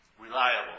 reliable